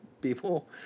People